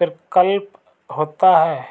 प्रकल्प होता है